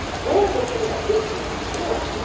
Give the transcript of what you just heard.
we're looking at listen and hear,